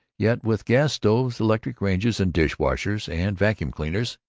yet with gas stoves, electric ranges and dish-washers and vacuum cleaners,